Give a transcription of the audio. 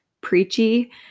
preachy